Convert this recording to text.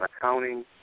accounting